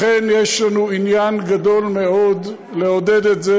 לכן יש לנו עניין גדול מאוד לעודד את זה,